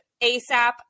ASAP